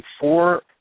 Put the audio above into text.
four